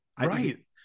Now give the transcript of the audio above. Right